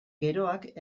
geroak